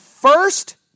first